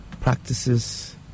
practices